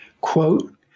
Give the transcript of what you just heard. Quote